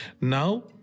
Now